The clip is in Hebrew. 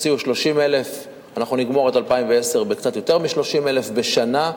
הוציאו 30,000. אנחנו נגמור את 2010 בקצת יותר מ-30,000 בשנה,